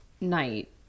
night